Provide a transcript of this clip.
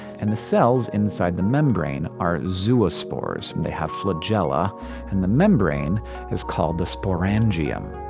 and the cells inside the membrane are zoospores, they have flagella and the membrane is called the sporangium.